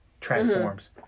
transforms